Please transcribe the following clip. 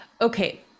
Okay